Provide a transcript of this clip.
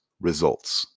Results